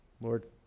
Lord